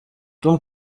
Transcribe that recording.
tom